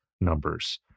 numbers